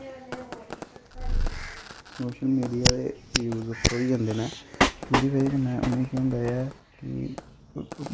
social media दे use उप्पर होई जंदे न उं'दी वजह कन्नै उ'नें गी केह् होंदा ऐ कि